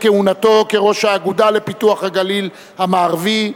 כהונתו כראש האגודה לפיתוח הגליל המערבי,